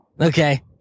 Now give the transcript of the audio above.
okay